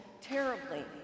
terribly